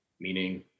meaning